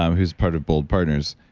um who's part of bold partners,